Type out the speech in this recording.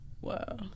Wow